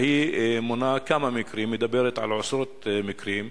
היא מונה כמה מקרים ומדברת על עשרות מקרים.